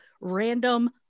random